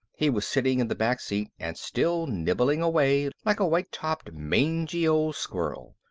he was sitting in the back seat and still nibbling away like a white-topped mangy old squirrel.